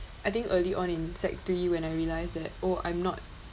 I think early on in sec three when I realised that oh I'm not